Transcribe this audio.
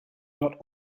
not